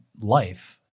life